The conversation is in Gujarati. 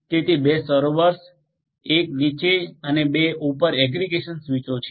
તેથી 2 સર્વર્સ 1 નીચે અને 2 ઉપર એગ્રિગેશન સ્વિચો છે